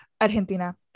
Argentina